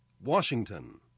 Washington